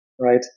Right